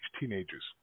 teenagers